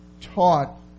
taught